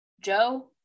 Joe